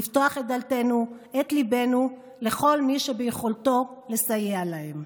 לפתוח את דלתנו ואת ליבנו לכל מי שביכולתו לסייע להם.